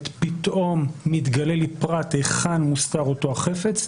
שמתקדמת פתאום מתגלה לי פרט היכן מוסתר אותו החפץ,